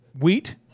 wheat